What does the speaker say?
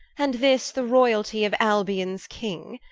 and this the royaltie of albions king?